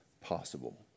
possible